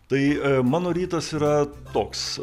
tai mano rytas yra toks